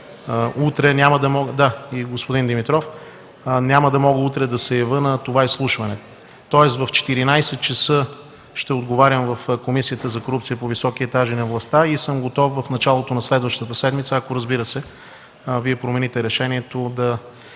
предложението е Ваше, няма да мога утре да се явя на това изслушване. В 14,00 ч. ще отговарям в Комисията за корупция по високите етажи на властта и съм готов в началото на следващата седмица, ако, разбира се, Вие промените решението, да